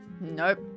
Nope